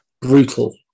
brutal